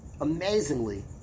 amazingly